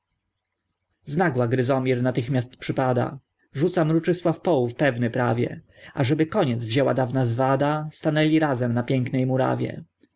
znagła gryzomir natychmiast przypada rzuca mruczysław połów pewny prawie ażeby koniec wzięła dawna zwada stanęli razem na pięknej murawie